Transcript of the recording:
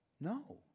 no